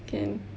can